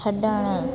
छड॒णु